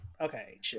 okay